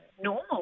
normal